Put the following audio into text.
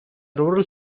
rural